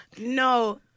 No